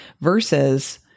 versus